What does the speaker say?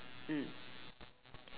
mm